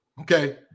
Okay